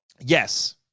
yes